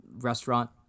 restaurant